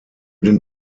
den